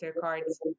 cards